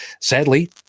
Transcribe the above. sadly